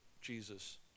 Jesus